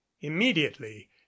immediately